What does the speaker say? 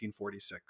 1946